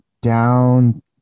down